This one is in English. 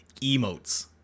Emotes